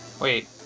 Wait